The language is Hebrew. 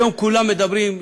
היום כולם מדברים,